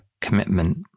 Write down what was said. commitment